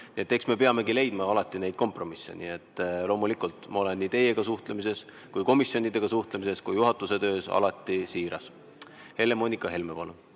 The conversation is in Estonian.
eks me peamegi leidma alati kompromisse. Loomulikult, ma olen nii teiega suhtlemises, komisjonidega suhtlemises kui ka juhatuse töös alati siiras. Helle-Moonika Helme,